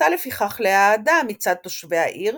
זכתה לפיכך לאהדה מצד תושבי העיר,